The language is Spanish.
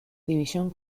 división